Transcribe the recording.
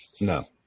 No